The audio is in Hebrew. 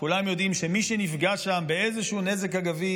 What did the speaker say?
כולם יודעים שמי שנפגע שם באיזשהו נזק אגבי,